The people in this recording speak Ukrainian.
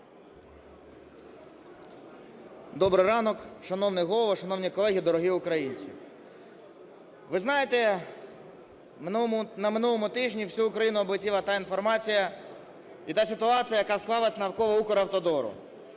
Добрий ранок шановний Голово, шановні колеги, дорогі українці! Ви знаєте, на минулому тижні всю Україну облетіла та інформація і та ситуація, яка склалася навколо Укравтодору.